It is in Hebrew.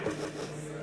להצבעה.